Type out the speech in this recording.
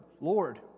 Lord